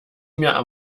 mir